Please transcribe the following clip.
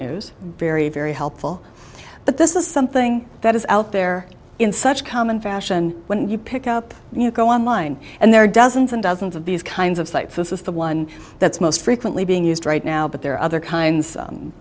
news very very helpful but this is something that is out there in such common fashion when you pick up and you go online and there are dozens and dozens of these kinds of sites this is the one that's most frequently being used right now but there are other kinds